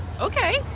okay